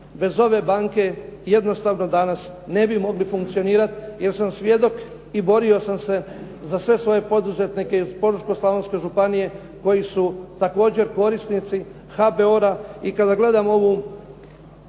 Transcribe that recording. bez ove banke jednostavno danas ne bi mogli funkcionirat jer sam svjedok i borio sam se za sve svoje poduzetnike iz Požeško-slavonske županije koji su također korisnici HBOR-a. I kada gledam ovu